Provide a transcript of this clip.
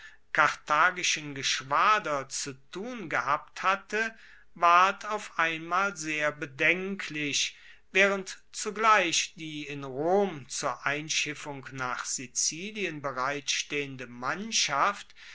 karthagischen geschwader zu tun gehabt hatte ward auf einmal sehr bedenklich waehrend zugleich die in rom zur einschiffung nach sizilien bereitstehende mannschaft